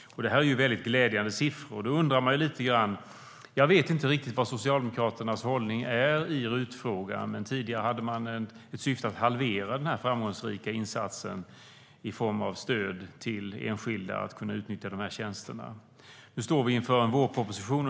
Det är väldigt glädjande siffror. Då undrar man lite grann. Jag vet inte riktigt vad Socialdemokraternas hållning i RUT-frågan är, men tidigare hade man ett syfte att halvera denna framgångsrika insats i form av stöd till enskilda i fråga om att kunna utnyttja de här tjänsterna. Nu står vi inför en vårproposition.